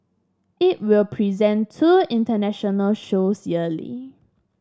it will present two international shows yearly